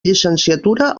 llicenciatura